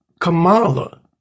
Kamala